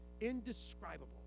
indescribable